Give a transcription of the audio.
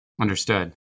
Understood